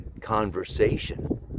conversation